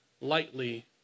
lightly